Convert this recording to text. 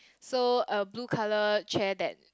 so a blue colour chair that